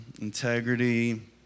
integrity